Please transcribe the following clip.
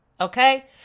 okay